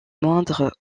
moindre